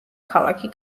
ქალაქი